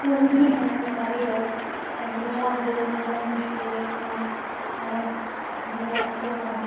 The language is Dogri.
थ्होंदी नी हैन बेचारें गी जगह चढ़ांदे ही नेईं बड़ा मुश्कल होई जंदा हून जि'यां उत्थै जाना